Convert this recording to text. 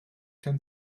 can